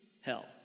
hell